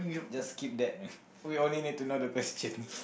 just kidnap we only need to know the questions